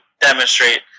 demonstrate